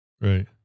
Right